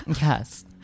Yes